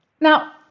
Now